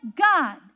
God